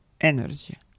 energy